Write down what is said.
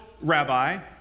rabbi